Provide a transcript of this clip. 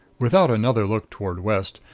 without another look toward west,